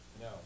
No